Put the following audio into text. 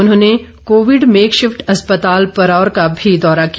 उन्होंने बाद में कोविड मेकशिफ्ट अस्पताल परौर का भी दौरा किया